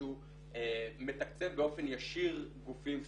שהוא מתקצב באופן ישיר גופים סטטוטוריים.